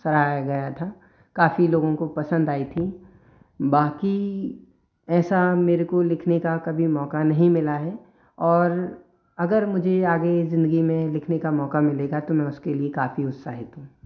सराहा गया था काफ़ी लोगों को पसंद आई थीं बाक़ि ऐसा मेरे को लिखने का कभी मौक़ा नहीं मिला है और अगर मुझे आगे ज़िंदगी में लिखने का मौक़ा मिलेगा तो मैं उसके लिए काफ़ी उत्साहित हूँ